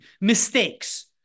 Mistakes